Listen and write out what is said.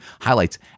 highlights